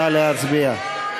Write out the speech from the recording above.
נא להצביע.